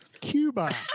Cuba